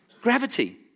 gravity